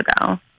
ago